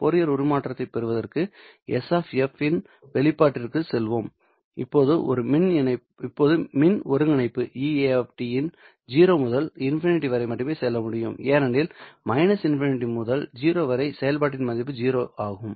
Fourier உருமாற்றத்தைப் பெறுவதற்கு S என்ற வெளிப்பாட்டிற்குச் செல்வோம் இப்போது மின் ஒருங்கிணைப்பு 0 முதல் ∞ வரை மட்டுமே செல்ல முடியும் ஏனெனில் ∞ முதல் 0 வரை செயல்பாட்டின் மதிப்பு 0 ஆகும்